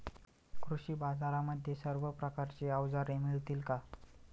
कृषी बाजारांमध्ये सर्व प्रकारची अवजारे मिळतील का?